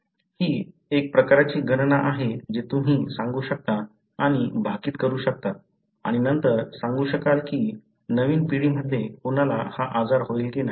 ही एक प्रकारची गणना आहे जी तुम्ही सांगू शकता आणि भाकीत करू शकता आणि नंतर सांगू शकाल की नवीन पिढीमध्ये कुणाला हा आजार होईल की नाही